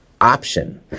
Option